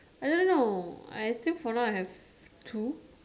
I don't know I still for now I have two